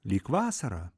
lyg vasara